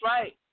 right